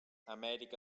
amèrica